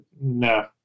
no